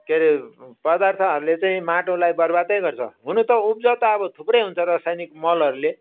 के अरे पदार्थहरूले चाहिँ माटोलाई बर्बादै गर्छ हुनु त उब्जाउ त थुप्रै हुन्छ रसायनिक मलहरूले